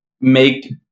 make